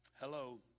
Hello